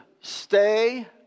stay